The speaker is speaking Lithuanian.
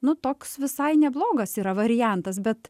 nu toks visai neblogas yra variantas bet